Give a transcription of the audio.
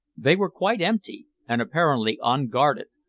they were quite empty, and apparently unguarded,